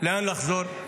לאן לחזור,